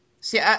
see